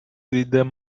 with